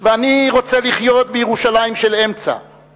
/ ואני רוצה לחיות, בירושלים של אמצע /